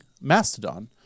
mastodon